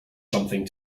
something